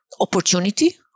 opportunity